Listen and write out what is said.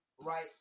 right